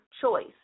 choice